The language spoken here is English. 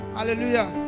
Hallelujah